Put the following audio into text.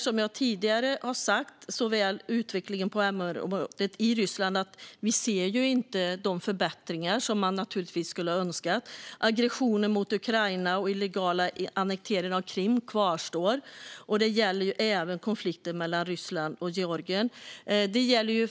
Som jag tidigare har sagt ser vi inte de förbättringar man naturligtvis hade önskat när det gäller utvecklingen på MR-området i Ryssland. Aggressionen mot Ukraina och den illegala annekteringen av Krim kvarstår, liksom konflikten mellan Ryssland och Georgien.